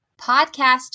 Podcast